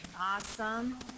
Awesome